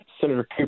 Senator